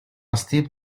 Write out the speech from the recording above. steep